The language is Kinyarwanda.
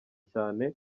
cyane